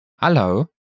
Hello